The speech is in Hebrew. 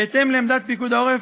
בהתאם לעמדת פיקוד העורף,